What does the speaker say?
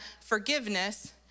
forgiveness